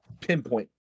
pinpoint